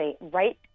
right